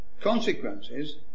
consequences